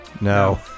No